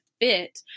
fit